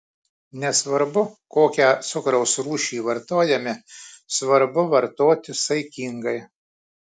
nesvarbu kokią cukraus rūšį vartojame svarbu vartoti saikingai